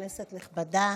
כנסת נכבדה,